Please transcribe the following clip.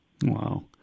Wow